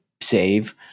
save